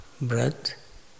breath